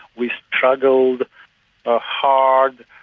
we struggled ah hard.